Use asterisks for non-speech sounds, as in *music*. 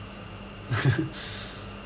*laughs*